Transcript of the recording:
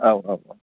औ औ औ